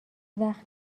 وقت